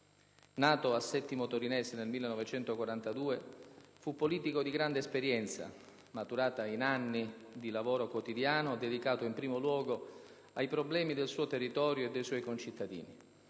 Nato a Settimo Torinese nel 1942, fu politico di grande esperienza, maturata in anni di lavoro quotidiano dedicato in primo luogo ai problemi del suo territorio e dei suoi concittadini;